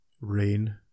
rain